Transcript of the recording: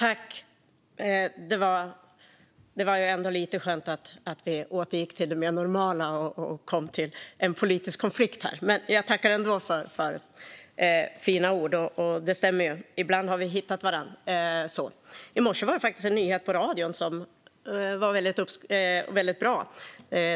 Fru talman! Det var ändå lite skönt att vi återgick till det mer normala och kom till en politisk konflikt här. Jag tackar ändå för fina ord. Det stämmer ju att vi ibland har hittat varandra. I morse var det en nyhet på radion som var väldigt bra.